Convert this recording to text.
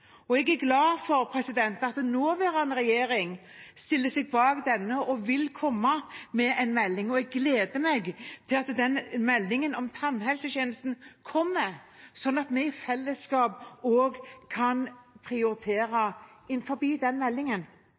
Jeg er glad for at nåværende regjering stiller seg bak denne og vil komme med en melding. Jeg gleder meg til den meldingen om tannhelsetjenesten kommer, sånn at vi i fellesskap også kan prioritere innenfor den meldingen.